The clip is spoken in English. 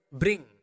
bring